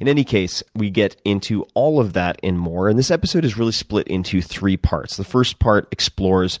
in any case, we get into all of that and more. and this episode is really split into three parts. the first part explores